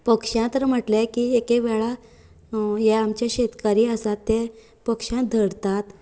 पक्षांक तर म्हटले की हे आमचे शेतकरी आसा ते पक्षांक धरतात